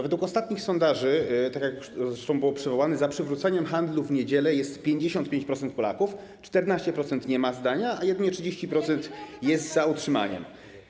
Według ostatnich sondaży, tak jak już zresztą było to przywołane, za przywróceniem handlu w niedzielę jest 55% Polaków, 14% nie ma zdania, a jedynie 30% jest za utrzymaniem.